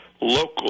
local